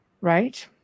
Right